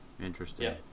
Interesting